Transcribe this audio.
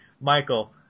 Michael